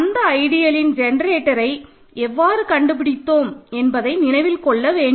அந்த ஐடியல்லின் ஜெனரேட்டரை எவ்வாறு கண்டுபிடித்தோம் என்பதை நினைவில் கொள்ளவேண்டும்